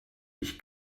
ich